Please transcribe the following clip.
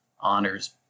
Honor's